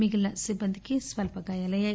మిగిలిన సిబ్బందికి స్వల్ప గాయాలయ్యాయి